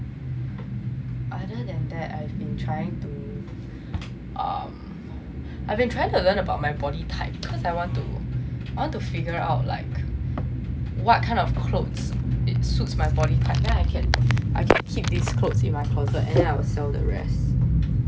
other than that I've been trying to um I've been trying to learn about my body type cause I want to I want to figure out like what kind of clothes it suits my body type then I can keep these clothes in my closet then I will sell the rest